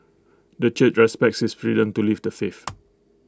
the church respects his freedom to leave the faith